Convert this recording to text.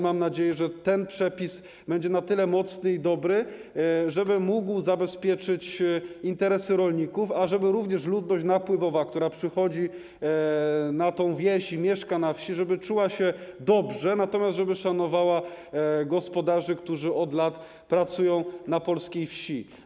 Mam nadzieję, że ten przepis będzie na tyle mocny i dobry, żeby mógł zabezpieczyć interesy rolników, żeby ludność napływowa, która przychodzi na tę wieś i mieszka na wsi, czuła się dobrze, natomiast szanowała gospodarzy, którzy od lat pracują na polskiej wsi.